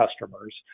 customers